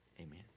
Amen